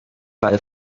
weil